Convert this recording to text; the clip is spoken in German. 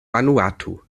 vanuatu